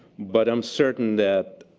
but i'm certain that